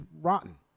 rotten